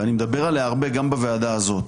ואני מדבר עליה הרבה גם בוועדה הזאת.